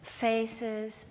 faces